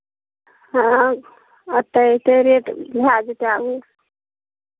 हँ एतेक एतेक रेट भए जेतै आगू